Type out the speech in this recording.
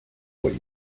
what